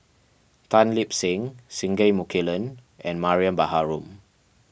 Tan Lip Seng Singai Mukilan and Mariam Baharom